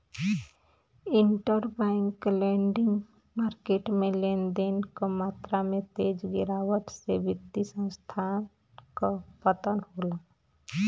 interbank lending market में लेन देन क मात्रा में तेज गिरावट से वित्तीय संस्थान क पतन होला